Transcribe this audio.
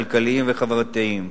כלכליים וחברתיים.